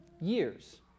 years